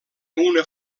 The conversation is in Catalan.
una